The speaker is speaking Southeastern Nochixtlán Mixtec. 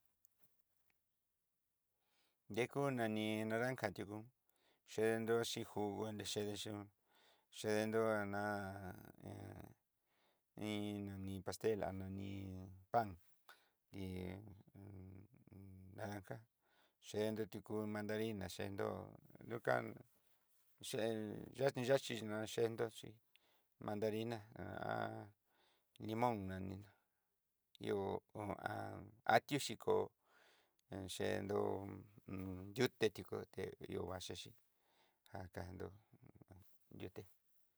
Yeku nani naranja tiku yendo xhí jugo ne xhede xhión chedenró nana iin nani pastel a nani pan ti un un naranja chende tuku madarina, kendó lukan ché yaxi yaxi ná yendó xí mandarina limon nani nró ihó ko ati'ó xhikó unchebdó yuté tikote ihó va'a xhexi já kandó yuté.